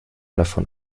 davon